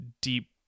deep